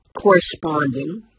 corresponding